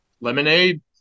Lemonade